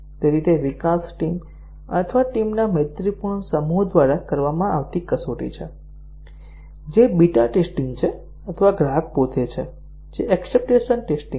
તે વિકાસ ટીમ અથવા ટીમના મૈત્રીપૂર્ણ સમૂહ દ્વારા કરવામાં આવતી કસોટી છે જે બીટા ટેસ્ટીંગ છે અથવા ગ્રાહક પોતે છે જે એક્ષપટન્સ ટેસ્ટીંગ છે